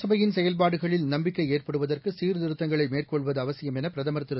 சபையின் செயல்பாடுகளில் நம்பிக்கை ஏற்படுவதற்கு சீர்திருத்தங்களை மேற்கொள்வது அவசியம் என பிரதமர் திரு